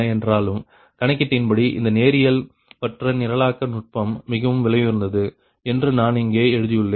என்றாலும் கணக்கீட்டின்படி இந்த நேரியல்பற்ற நிரலாக்க நுட்பம் மிகவும் விலையுயர்ந்தது என்று நான் இங்கே எழுதியுள்ளேன்